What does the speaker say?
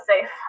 safe